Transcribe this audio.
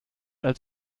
als